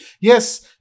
Yes